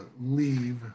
leave